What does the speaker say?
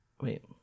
wait